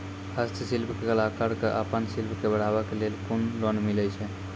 हस्तशिल्प के कलाकार कऽ आपन शिल्प के बढ़ावे के लेल कुन लोन मिलै छै?